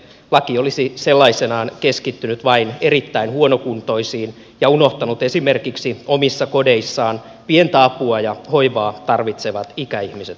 laki olisi sellaisenaan keskittynyt vain erittäin huonokuntoisiin ja unohtanut esimerkiksi omissa kodeissaan pientä apua ja hoivaa tarvitsevat ikäihmiset kokonaan